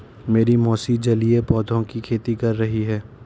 मेरी मौसी जलीय पौधों की खेती कर रही हैं